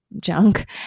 junk